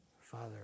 Father